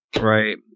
Right